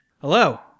Hello